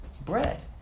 bread